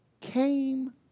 came